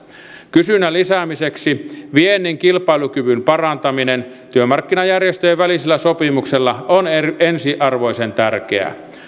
kysynnän lisäämiseksi viennin kilpailukyvyn parantaminen työmarkkinajärjestöjen välisellä sopimuksella on ensiarvoisen tärkeää